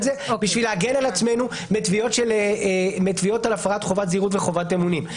זה בשביל להגן על עצמנו מתביעות על הפרת חובת זהירות וחובת אמונים.